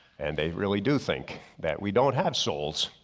and they really do think that we don't have souls.